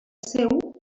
seu